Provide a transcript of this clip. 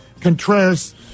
Contreras